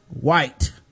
white